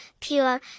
pure